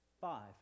five